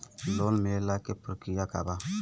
Loan मिलेला के प्रक्रिया का बा?